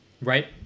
right